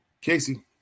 Casey